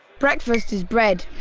breakfast is bread.